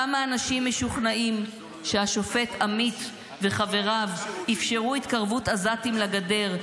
כמה אנשים משוכנעים שהשופט עמית וחבריו אפשרו התקרבות עזתים לגדר,